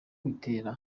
bitera